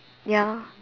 ya